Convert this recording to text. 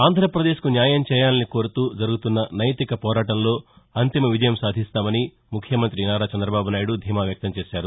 ఆంధ్రప్రదేశ్కు న్యాయం చేయాలని కోరుతూ జరుగుతున్న నైతిక పోరాటంలో అంతిమ విజయం సాధిస్తామని ముఖ్యమంత్రి నారా చంద్రబాబు నాయుడు ధీమా వ్యక్తం చేశారు